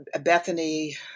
Bethany